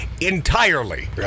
entirely